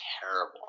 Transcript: terrible